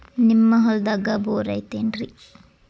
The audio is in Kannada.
ನಿಮ್ಮ ಹೊಲ್ದಾಗ ಬೋರ್ ಐತೇನ್ರಿ?